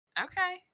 Okay